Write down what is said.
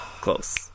Close